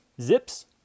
Zips